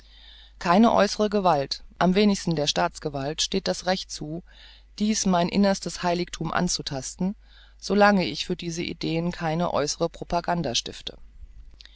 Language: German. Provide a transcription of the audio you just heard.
keiner äußern gewalt am wenigsten der staatsgewalt steht das recht zu dies mein innerstes heiligthum anzutasten so lange ich für diese ideen keine äußere propaganda stifte